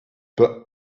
but